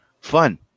fun